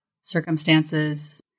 circumstances